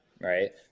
right